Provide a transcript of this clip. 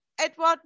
Edward